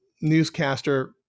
newscaster